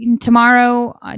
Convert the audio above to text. tomorrow